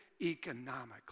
economically